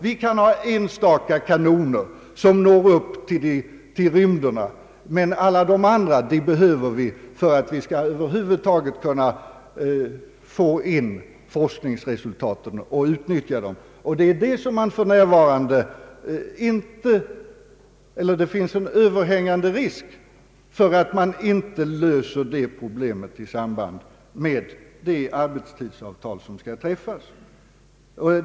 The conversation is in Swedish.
Vi kan ha enstaka »kanoner» som når upp till rymderna, men alla de andra forskarna behöver vi för att över huvud taget kunna tillgodogöra oss forskningsresultaten och utnyttja dem. Det finns en överhängande risk för att man inte löser det problemet när arbetstidsavtalet skall träffas.